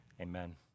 Amen